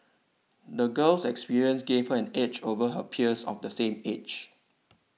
the girl's experiences gave her an edge over her peers of the same age